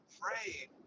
pray